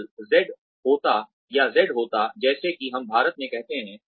अगर Z होता है या Z होता है जैसा कि हम भारत में कहते हैं